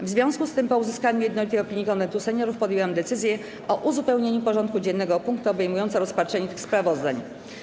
W związku z tym, po uzyskaniu jednolitej opinii Konwentu Seniorów, podjęłam decyzję o uzupełnieniu porządku dziennego o punkty obejmujące rozpatrzenie tych sprawozdań.